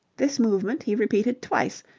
this movement he repeated twice,